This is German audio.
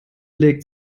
legt